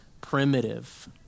primitive